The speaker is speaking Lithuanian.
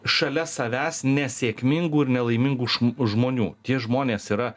šalia savęs nesėkmingų ir nelaimingų žmonių tie žmonės yra